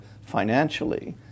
financially